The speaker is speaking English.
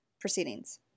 proceedings